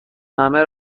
همه